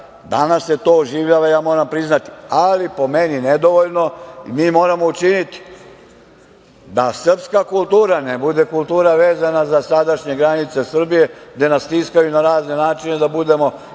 Danas se to oživljava moram priznati, ali po meni nedovoljno. Moramo učiniti da srpska kultura ne bude kultura vezana za sadašnje granice Srbije, gde nas stiskaju na razne načine da budemo što